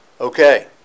Okay